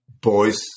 boys